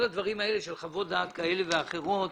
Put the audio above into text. כל הדברים האלה של חוות דעת כאלה ואחרות,